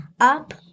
up